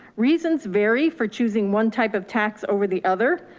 reasons vary for choosing one type of tax over the other.